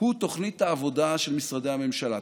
הוא תוכנית העבודה של משרדי הממשלה.